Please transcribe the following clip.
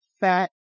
fat